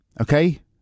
Okay